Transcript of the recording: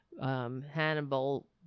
Hannibal